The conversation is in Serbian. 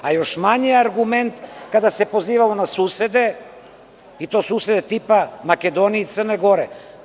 A još manje je argument kada se pozivamo na susede, i to susede tipa Makedonije i Crne Gore.